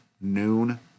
noon